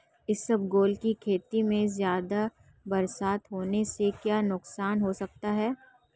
इसबगोल की खेती में ज़्यादा बरसात होने से क्या नुकसान हो सकता है?